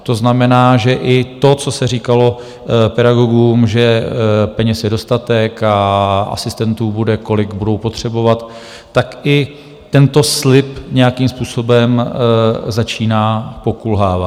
To znamená, že i to, co se říkalo pedagogům, že peněz je dostatek a asistentů bude, kolik budou potřebovat, tak i tento slib nějakým způsobem začíná pokulhávat.